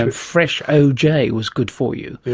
and fresh oj was good for you,